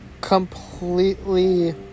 completely